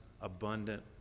abundant